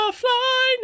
fly